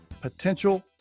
potential